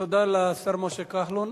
תודה לשר משה כחלון.